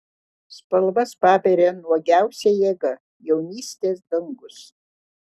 spalvas paberia nuogiausia jėga jaunystės dangus